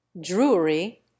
Drury